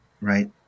right